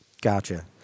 Gotcha